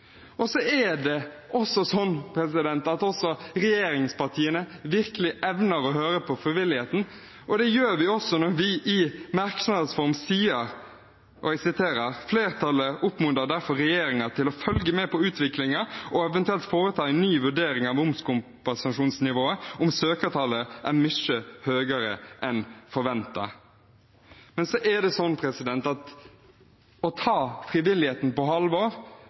å høre på frivilligheten, og det gjør vi når vi i merknadsform sier: «Fleirtalet oppmodar derfor regjeringa til å følge med på utviklinga og eventuelt foreta ei ny vurdering av momskompensasjonsnivået om søkartalet er mykje høgare enn venta.» Men det å ta frivilligheten på alvor betyr også at vi må anerkjenne alle de andre områdene utover momskompensasjonsordningen som er viktige. Det